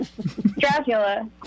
Dracula